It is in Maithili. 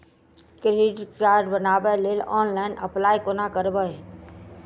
क्रेडिट कार्ड बनाबै लेल ऑनलाइन अप्लाई कोना करबै?